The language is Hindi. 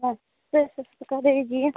हाँ दीजिए